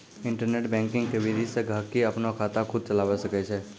internet banking के विधि से गहकि अपनो खाता खुद चलावै सकै छै